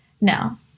Now